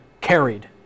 carried